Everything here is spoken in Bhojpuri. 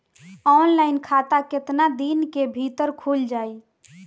ऑनलाइन खाता केतना दिन के भीतर ख़ुल जाई?